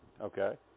Okay